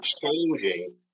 changing